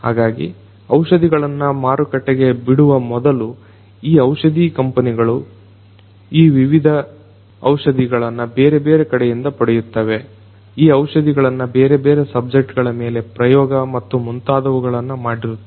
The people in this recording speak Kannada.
ಹಾಗಾಗಿ ಔಷಧಿಗಳನ್ನ ಮಾರುಕಟ್ಟೆಗೆ ಬಿಡುಗಡೆ ಮಾಡುವ ಮೊದಲು ಈ ಔಷಧಿಯ ಕಂಪನಿಗಳು ಈ ವಿವಿಧ ಔಷಧಿಗಳನ್ನ ಬೇರೆ ಬೇರೆ ಕಡೆಯಿಂದ ಪಡೆಯುತ್ತವೆ ಈ ಔಷಧಿಗಳನ್ನ ಬೇರೆ ಬೇರೆ ಸಬ್ಜೆಕ್ಟ್ ಗಳಮೇಲೆ ಪ್ರಯೋಗ ಮತ್ತು ಮುಂತಾದವುಗಳನ್ನ ಮಾಡಿರುತ್ತಾರೆ